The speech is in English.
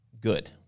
good